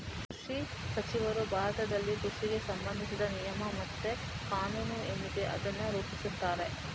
ಕೃಷಿ ಸಚಿವರು ಭಾರತದಲ್ಲಿ ಕೃಷಿಗೆ ಸಂಬಂಧಿಸಿದ ನಿಯಮ ಮತ್ತೆ ಕಾನೂನು ಏನಿದೆ ಅದನ್ನ ರೂಪಿಸ್ತಾರೆ